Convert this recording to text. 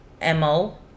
mo